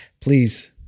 Please